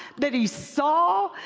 that he saw,